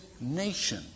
nation